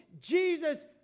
jesus